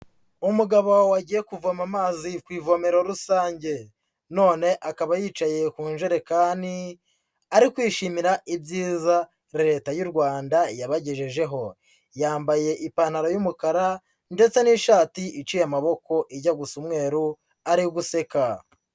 Umugabo wagiye kuvoma amazi ku ivomero rusange, none akaba yicaye ku njerekani ari kwishimira ibyiza leta y'u Rwanda yabagejejeho, yambaye ipantaro y'umukara ndetse n'ishati iciye amaboko ijya gusa umweru ari guseka.